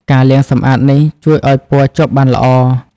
ការលាងសម្អាតនេះជួយឱ្យពណ៌ជាប់បានល្អ។